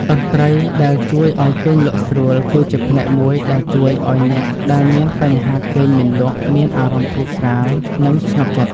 តន្ត្រីដែលជួយឱ្យគេងលក់ស្រួលគឺជាផ្នែកមួយដែលជួយឱ្យអ្នកដែលមានបញ្ហាគេងមិនលក់មានអារម្មណ៍ធូរស្រាល និង ស្ងប់ចិត្ត។